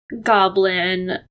goblin